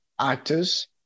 actors